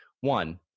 One